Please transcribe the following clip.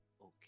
Okay